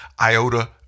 iota